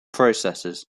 processes